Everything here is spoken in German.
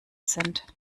sind